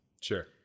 Sure